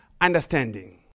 understanding